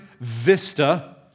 vista